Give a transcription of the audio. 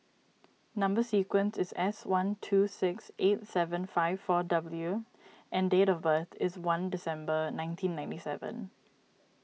Number Sequence is S one two six eight seven five four W and date of birth is one December nineteen ninety seven